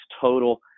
total